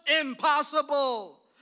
impossible